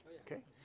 Okay